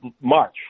March